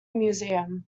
museum